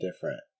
different